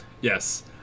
Yes